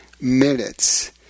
minutes